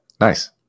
Nice